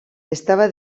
estava